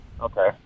Okay